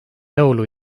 laulu